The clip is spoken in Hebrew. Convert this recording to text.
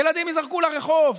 ילדים ייזרקו לרחוב.